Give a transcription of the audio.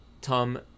Tom